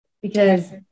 because-